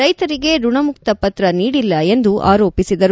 ರೈತರಿಗೆ ಋಣಮುಕ್ತ ಪತ್ರ ನೀಡಿಲ್ಲ ಎಂದು ಆರೋಪಿಸಿದರು